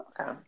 Okay